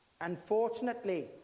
unfortunately